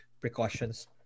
precautions